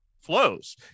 flows